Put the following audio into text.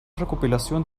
recopilación